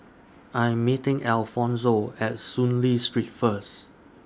I Am meeting Alfonzo At Soon Lee Street First